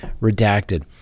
redacted